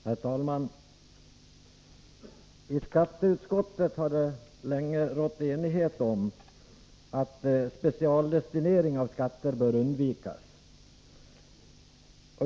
Herr talman! I skatteutskottet har det länge rått enighet om att specialdestinering av skatter bör undvikas.